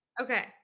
Okay